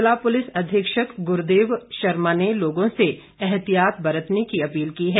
जिला पुलिस अधीक्षक गुरदेव शर्मा ने लोगों से एहतियात बरतने की अपील की है